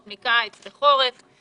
השווקים וחנויות הרחוב באסטרטגיית היציאה